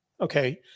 Okay